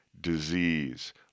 disease